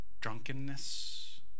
drunkenness